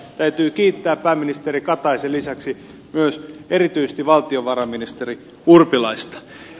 täytyy kiittää pääministeri kataisen lisäksi myös erityisesti valtiovarainministeri urpilaista